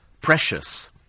precious